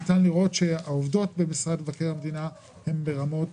ניתן לראות שהעובדות במשרד מבקר המדינה הן ברמות